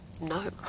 No